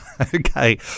Okay